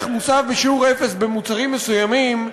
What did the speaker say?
ערך מוסף בשיעור אפס במוצרים מסוימים,